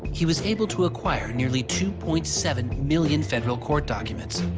he was able to acquire nearly two point seven million federal court documents,